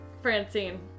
Francine